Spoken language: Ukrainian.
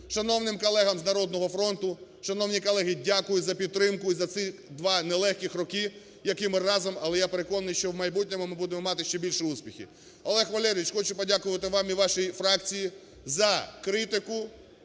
шановним колегам з "Народного фронту". Шановні колеги, дякую за підтримку і за ці два нелегкі роки, які ми разом, але я переконаний, що в майбутньому ми будемо мати ще більш успіхів. Олег Валерійович, хочу подякувати вам і вашій фракцій за критику,